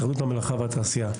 התאחדות המלאכה והתעשייה.